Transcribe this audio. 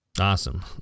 Awesome